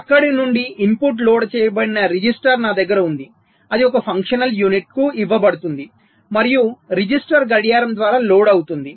అక్కడ నుండి input load చేయబడిన రిజిస్టర్ నా దగ్గర ఉంది అది ఒక ఫంక్షనల్ యూనిట్కు ఇవ్వబడుతుంది మరియు రిజిస్టర్ గడియారం ద్వారా లోడ్ అవుతుంది